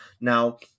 now